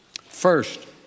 First